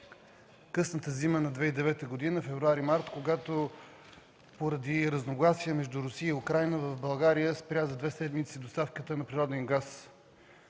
късната зима на 2009 г. – февруари и март, когато поради разногласия между Русия и Украйна в България спря за две седмици доставката на природен газ.